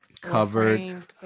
Covered